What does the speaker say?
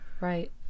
Right